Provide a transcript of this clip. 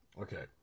okay